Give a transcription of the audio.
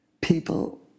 People